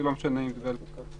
זה לא משנה אם זה בעל פה או בכתב.